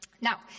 Now